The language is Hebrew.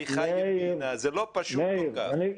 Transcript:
זה לא פשוט כל כך.